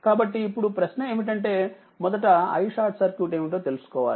కాబట్టి ఇప్పుడు ప్రశ్న ఏమిటంటే మొదట iSCఏమిటో తెలుసుకోవాలి